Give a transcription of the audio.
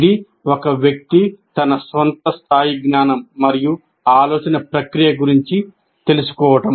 ఇది ఒక వ్యక్తి తన సొంత స్థాయి జ్ఞానం మరియు ఆలోచన ప్రక్రియ గురించి తెలుసుకోవడం